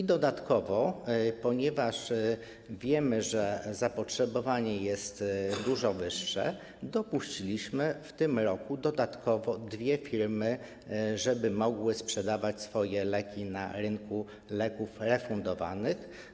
I ponieważ wiemy, że zapotrzebowanie jest dużo wyższe, dopuściliśmy w tym roku dodatkowo dwie firmy, które mogą sprzedawać swoje leki na rynku leków refundowanych.